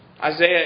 Isaiah